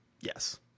Yes